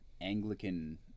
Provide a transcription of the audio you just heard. Anglican